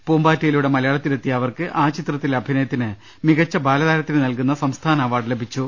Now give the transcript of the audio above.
പ്പൂമ്പാറ്റയിലൂടെ മലയാളത്തി ലെത്തിയ അവർക്ക് ആ ചിത്രത്തിലെ അഭിനയത്തിന് മികച്ച ബാലതാര ത്തിന് നൽകുന്ന സംസ്ഥാന അവാർഡ് ലഭിച്ചു